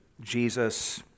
Jesus